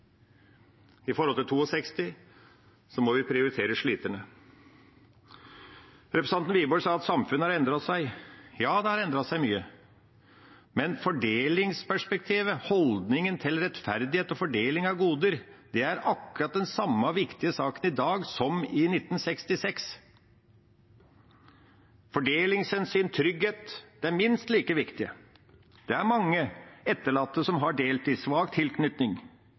må vi prioritere sliterne. Representanten Wiborg sa at samfunnet har endret seg. Ja, det har endret seg mye. Men fordelingsperspektivet, holdningen til rettferdighet og fordeling av goder, er akkurat den samme viktige saken i dag som i 1966. Fordelingshensyn og trygghet er minst like viktig. Det er mange etterlatte som har deltid, som har svak tilknytning